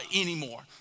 anymore